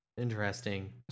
Interesting